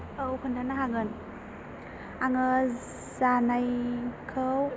औ खिन्थानो हागोन आङो जानायखौ